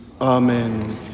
Amen